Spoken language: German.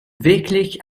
wirklich